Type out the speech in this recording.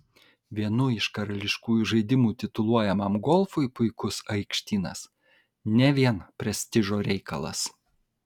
vienu iš karališkųjų žaidimų tituluojamam golfui puikus aikštynas ne vien prestižo reikalas